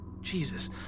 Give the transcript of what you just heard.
jesus